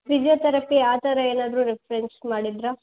physiotherapy ಆ ಥರ ಏನಾದ್ರೂ ರೆಫ್ರೆನ್ಸ್ ಮಾಡಿದ್ದರಾ